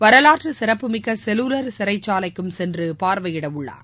வரலாற்று சிறப்புமிக்க செல்லுலா் சிறைச்சாலைக்கும் சென்று பார்வையிடவுள்ளார்